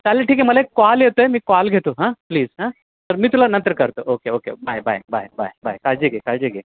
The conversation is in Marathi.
चालेल ठीक आहे मला एक कॉल येतो आहे मी कॉल घेतो हां प्लीज हा तर मी तुला नंतर करतो okay okay bye bye bye bye bye काळजी घे काळजी घे